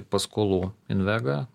paskolų invega